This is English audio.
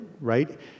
right